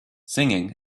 singing